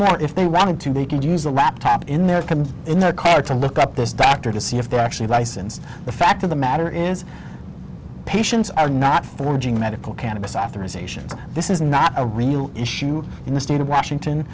more if they wanted to they could use the laptop in their cars in the car to look up this doctor to see if they're actually licensed the fact of the matter is patients are not forging medical cannabis authorizations this is not a real issue in the state of washington